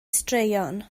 straeon